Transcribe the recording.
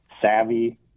savvy